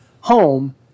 home